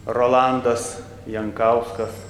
rolandas jankauskas